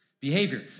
Behavior